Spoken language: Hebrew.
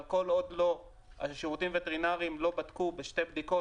אבל כל עוד השירותים הווטרינריים לא בדקו בשתי בדיקות